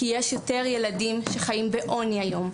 כי יש יותר ילדים שחיים בעוני היום,